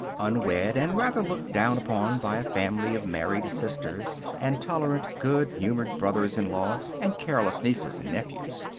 unwed, and rather looked down upon by a family of married sisters and tolerant, good-humored brothers-in-law, and careless nieces and nephews.